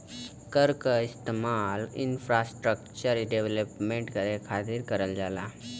कर क इस्तेमाल इंफ्रास्ट्रक्चर डेवलपमेंट करे खातिर करल जाला